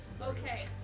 Okay